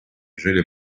жили